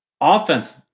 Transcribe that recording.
offense